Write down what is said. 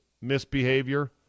misbehavior